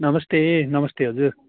नमस्ते नमस्ते हजुर